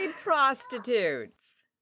prostitutes